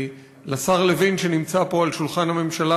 ולשר לוין שנמצא פה ליד שולחן הממשלה,